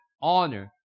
honor